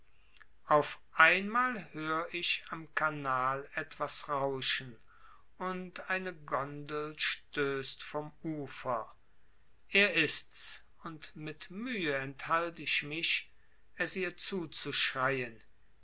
auf einmal hör ich am kanal etwas rauschen und eine gondel stößt vom ufer er ists und mit mühe enthalt ich mich es ihr zuzuschreien